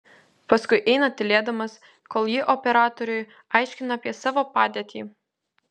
paskui eina tylėdamas kol ji operatoriui aiškina apie savo padėtį